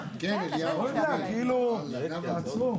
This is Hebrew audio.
היו פה דעות נוספות,